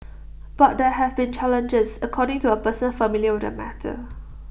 but there have been challenges according to A person familiar with the matter